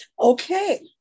Okay